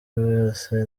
wose